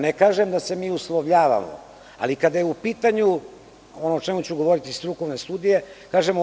Ne kažem da se mi uslovljavamo, ali kada su u pitanju, ono o čemu ću govoriti, strukovne studije kažemo – EU.